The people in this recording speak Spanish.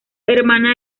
hermana